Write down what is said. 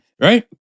Right